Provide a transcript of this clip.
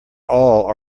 all